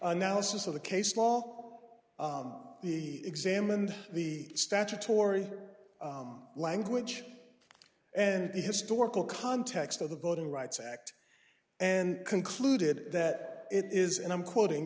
analysis of the case law the examined the statutory language and the historical context of the voting rights act and concluded that it is and i'm quoting